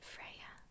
Freya